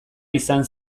izan